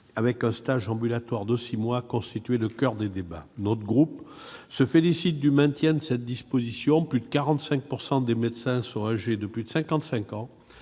avec un stage ambulatoire de six mois, a constitué le coeur des débats. Notre groupe se félicite du maintien de cette disposition. Plus de 45 % des médecins sont âgés de plus de 55 ans.